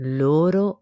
loro